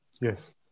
Yes